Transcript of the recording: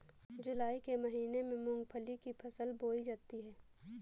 जूलाई के महीने में मूंगफली की फसल बोई जाती है